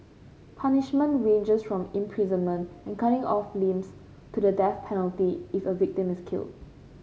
punishment ranges from imprisonment and cutting off limbs to the death penalty if a victim is killed